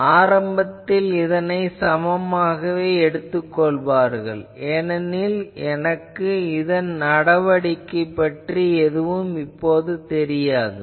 ஆனால் ஆரம்பத்தில் இதனை சமமாகவே எடுத்துக் கொள்வார்கள் ஏனெனில் எனக்கு இதன் நடவடிக்கை தெரியாது